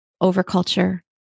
over-culture